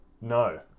no